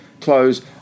close